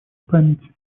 памяти